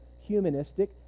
humanistic